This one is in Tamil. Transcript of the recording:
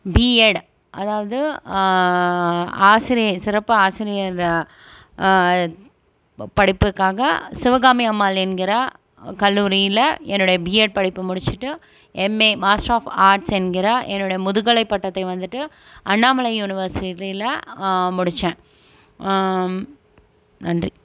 பிஎட் அதாவது ஆசிரியை சிறப்பு ஆசிரியர் ப படிப்புக்காக சிவகாமி அம்மாள் என்கிற கல்லூரியில் என்னுடைய பிஎட் படிப்பை முடிச்சுட்டு எம்ஏ மாஸ்டர் ஆஃப் ஆட்ஸ் என்கிற என்னுடைய முதுகலை பட்டத்தை வந்துட்டு அண்ணாமலை யுனிவர்சிட்டியில் முடிச்சேன் நன்றி